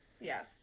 Yes